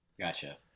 Gotcha